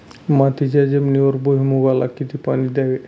मातीच्या जमिनीवर भुईमूगाला किती पाणी द्यावे?